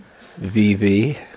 VV